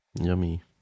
Yummy